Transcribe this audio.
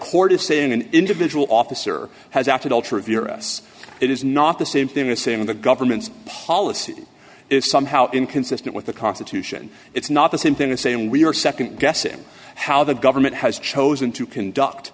court is saying an individual officer has acted altar of your us it is not the same thing as saying the government's policy is somehow inconsistent with the constitution it's not the same thing as saying we are nd guessing how the government has chosen to conduct